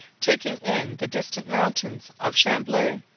taking in the distant mountains of chamblay,